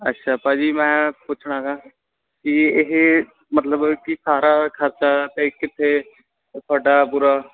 ਅੱਛਾ ਭਾਅ ਜੀ ਮੈਂ ਪੁੱਛਣਾ ਤਾ ਕਿ ਇਹ ਮਤਲਬ ਕਿ ਸਾਰਾ ਖਰਚਾ ਅਤੇ ਕਿੱਥੇ ਤੁਹਾਡਾ ਪੂਰਾ